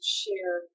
share